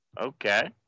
okay